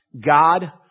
God